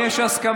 אם יש הסכמות,